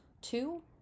two